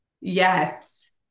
yes